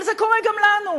אבל זה קורה גם לנו,